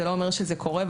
זה לא אומר שזה קורה,